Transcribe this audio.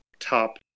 top